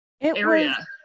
area